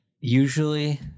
usually